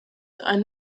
ein